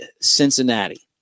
Cincinnati